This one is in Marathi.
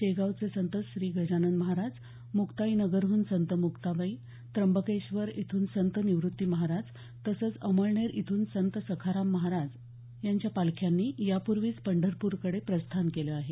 शेगावचे संत श्री गजानन महाराज मुक्ताईनगरहून संत मुक्ताबाई त्र्यंबकेश्वर इथून संत निवृत्ती महाराज तसंच अमळनेर इथून संत सखाराम महाराज यांच्या पालख्यांनी यापूर्वीच पंढरपूरकडे प्रस्थान केलं आहे